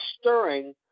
stirring